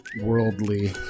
worldly